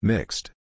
Mixed